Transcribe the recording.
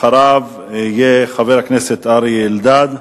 אחריו יהיה חבר הכנסת אריה אלדד.